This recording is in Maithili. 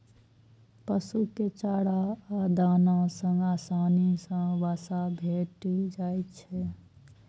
पशु कें चारा आ दाना सं आसानी सं वसा भेटि जाइ छै